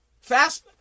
Fast